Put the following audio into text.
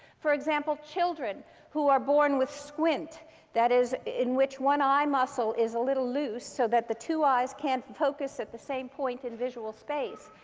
for example, children who are born with squint that is, in which one eye muscle is a little loose so that the two eyes can't focus at the same point in visual space.